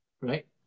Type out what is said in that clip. Right